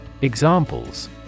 Examples